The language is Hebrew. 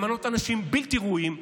למנות אנשים בלתי ראויים,